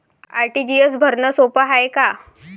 RTGS भरनं सोप हाय का?